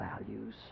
values